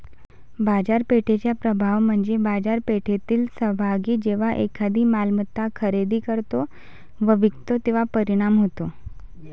बाजारपेठेचा प्रभाव म्हणजे बाजारपेठेतील सहभागी जेव्हा एखादी मालमत्ता खरेदी करतो व विकतो तेव्हा परिणाम होतो